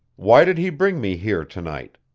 why did he bring me here to-night?